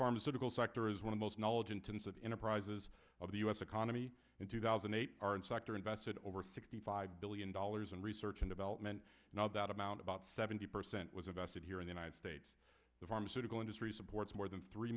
pharmaceutical sector is one of those knowledge intensive enterprises of the us economy in two thousand and eight are in sector invested over sixty five billion dollars in research and development now that amount about seventy percent was invested here in the united states the pharmaceutical industry supports more than three